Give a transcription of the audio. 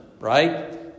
right